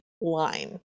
line